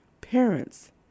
Parents